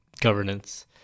governance